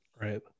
Right